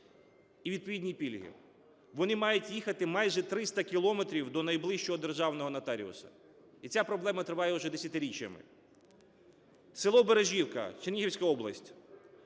і відповідні пільги, вони мають їхати майже 300 кілометрів до найближчого державного нотаріуса. І ця проблема триває вже десятиріччями. СелоБережівка, Чернігівська область,